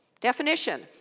Definition